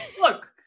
Look